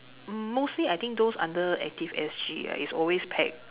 mostly I think those under active S_G right is always packed